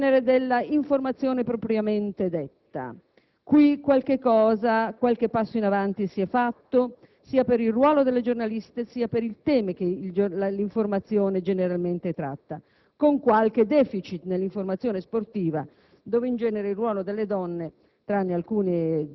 il genere dell'informazione propriamente detta, dove qualche passo in avanti si è fatto, sia per il ruolo delle giornaliste, sia per i temi che l'informazione generalmente tratta, anche se qualche *deficit* nell'informazione sportiva, dove spesso il ruolo delle donne,